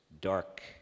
dark